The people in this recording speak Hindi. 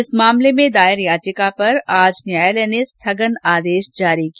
इस मामले में दायर याचिका पर आज न्यायालय ने स्थगन आदेश जारी किया